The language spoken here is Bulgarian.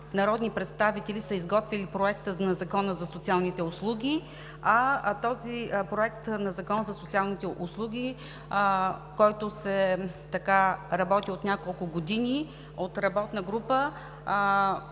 народни представители са изготвили Проекта на Закона за социалните услуги, а този проект, който се работи от няколко години от работна група,